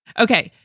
ok,